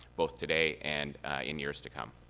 both today and in years to come.